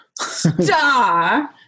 star